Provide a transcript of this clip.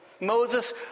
Moses